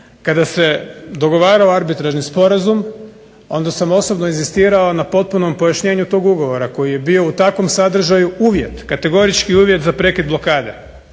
kada se dogovarao arbitražni sporazum, onda sam osobno inzistirao na potpunom pojašnjenju tog ugovora koji je bio u takvom sadržaju uvjet, kategorički uvjet za prekid blokade,